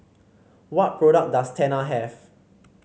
what product does Tena have